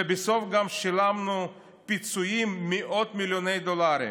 ובסוף גם שילמנו פיצויים, מאות מיליוני דולרים.